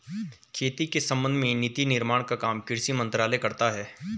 खेती के संबंध में नीति निर्माण का काम कृषि मंत्रालय करता है